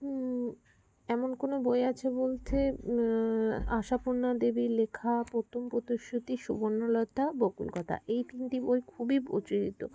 এমন কোনো বই আছে বলতে আশাপূর্ণা দেবীর লেখা প্রথম প্রতিশ্রুতি সুবর্ণলতা বকুল কথা এই তিনটি বই খুবই প্রচলিত